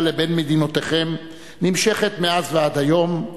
לבין מדינותיכם נמשכת מאז ועד היום,